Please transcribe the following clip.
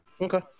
Okay